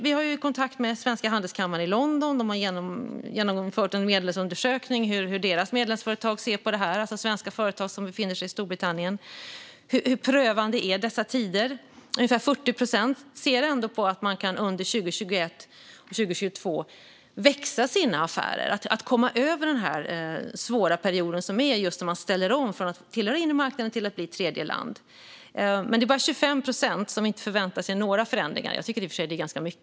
Vi har kontakt med Svenska Handelskammaren i London, som har genomfört en undersökning av hur deras medlemsföretag, alltså svenska företag som befinner sig i Storbritannien, ser på detta och hur prövande dessa tider är. Ungefär 40 procent ser ändå att man under 2021 och 2022 kan få sina affärer att växa och komma över den svåra perioden när man nu ställer om från att tillhöra den inre marknaden till att bli ett tredjeland. Det är bara 25 procent som inte förväntar sig några förändringar; jag tycker i och för sig att det är ganska mycket.